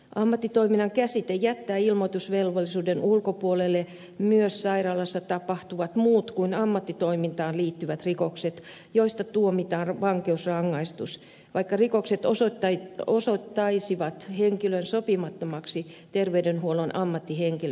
ammattitoiminnan käsite jättää ilmoitusvelvollisuuden ulkopuolelle myös sairaalassa tapahtuvat muut kuin ammattitoimintaan liittyvät rikokset joista tuomitaan vankeusrangaistus vaikka rikokset osoittaisivat henkilön sopimattomaksi terveydenhuollon ammattihenkilöksi